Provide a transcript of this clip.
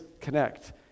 connect